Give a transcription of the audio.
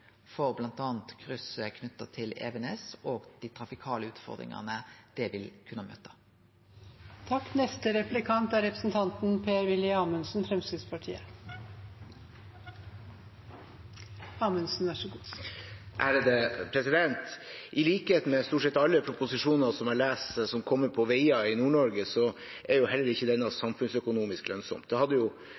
for bl.a. krysset knytt til Evenes og dei trafikale utfordringane det vil kunne føre til. I likhet med stort sett alle veiene i proposisjoner jeg leser som kommer om veier i Nord-Norge, er heller ikke denne veien samfunnsøkonomisk lønnsom. Det hadde jo,